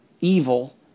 evil